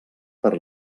per